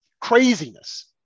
craziness